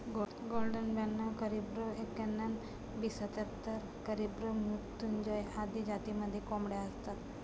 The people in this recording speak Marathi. गोल्डन ब्याणव करिब्रो एक्याण्णण, बी सत्याहत्तर, कॅरिब्रो मृत्युंजय आदी जातींमध्येही कोंबड्या असतात